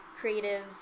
creatives